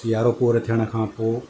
सियारो पूरो थियण खां पोइ